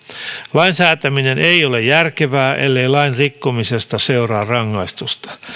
lain säätäminen ei ole järkevää ellei lain rikkomisesta seuraa rangaistusta